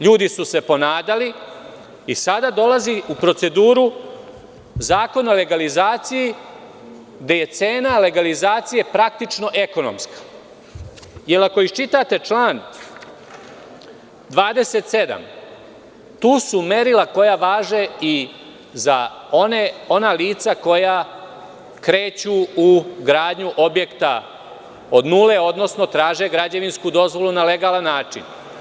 Ljudi su se ponadali i sada dolazi u proceduru Zakon o legalizaciji gde je cena legalizacije praktično ekonomska, jer ako isčitate član 27. tu su merila koja važe i za ona lica koja kreću u gradnju objekta od nule, odnosno traže građevinsku dozvolu na legalan način.